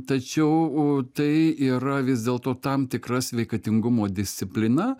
tačiau tai yra vis dėlto tam tikra sveikatingumo disciplina